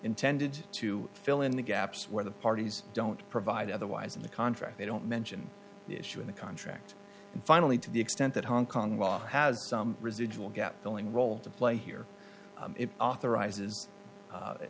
intended to fill in the gaps where the parties don't provide otherwise in the contract they don't mention the issue in the contract and finally to the extent that hong kong law has some residual gap filling role to play here it authorizes